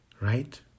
right